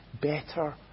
better